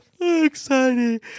exciting